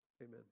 Amen